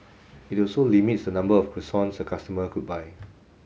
it also limits the number of croissants a customer could buy